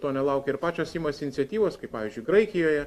to nelaukia ir pačios imasi iniciatyvos kaip pavyzdžiui graikijoje